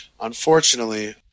unfortunately